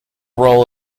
role